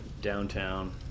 downtown